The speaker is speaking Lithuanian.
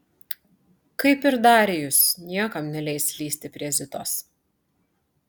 kaip ir darijus niekam neleis lįsti prie zitos